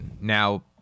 now